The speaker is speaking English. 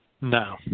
No